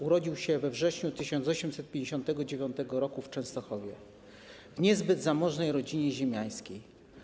Urodził się we wrześniu 1859 r. w Częstochowie w niezbyt zamożnej rodzinie ziemiańskiej.